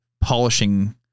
polishing